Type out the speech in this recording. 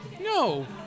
No